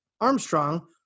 Armstrong